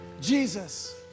Jesus